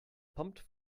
pumped